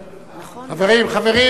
חברים,